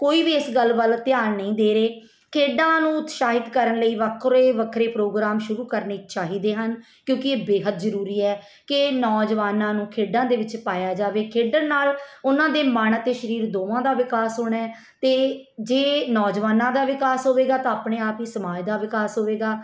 ਕੋਈ ਵੀ ਇਸ ਗੱਲ ਵੱਲ ਧਿਆਨ ਨਹੀਂ ਦੇ ਰਹੇ ਖੇਡਾਂ ਨੂੰ ਉਤਸ਼ਾਹਿਤ ਕਰਨ ਲਈ ਵੱਖਰੇ ਵੱਖਰੇ ਪ੍ਰੋਗਰਾਮ ਸ਼ੁਰੂ ਕਰਨੇ ਚਾਹੀਦੇ ਹਨ ਕਿਉਂਕਿ ਇਹ ਬੇਹੱਦ ਜ਼ਰੂਰੀ ਹੈ ਕਿ ਨੌਜਵਾਨਾਂ ਨੂੰ ਖੇਡਾਂ ਦੇ ਵਿੱਚ ਪਾਇਆ ਜਾਵੇ ਖੇਡਣ ਨਾਲ ਉਹਨਾਂ ਦੇ ਮਨ ਅਤੇ ਸਰੀਰ ਦੋਵਾਂ ਦਾ ਵਿਕਾਸ ਹੋਣਾ ਅਤੇ ਜੇ ਨੌਜਵਾਨਾਂ ਦਾ ਵਿਕਾਸ ਹੋਵੇਗਾ ਤਾਂ ਆਪਣੇ ਆਪ ਹੀ ਸਮਾਜ ਦਾ ਵਿਕਾਸ ਹੋਵੇਗਾ